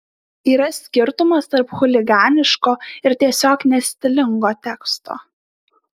yra skirtumas tarp chuliganiško ir tiesiog nestilingo teksto